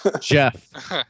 Jeff